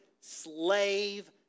slave